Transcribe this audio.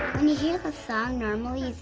when you hear the song normally,